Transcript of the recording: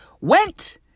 went